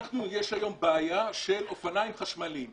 יש היום בעיה של אופניים חשמליים.